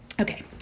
Okay